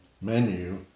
menu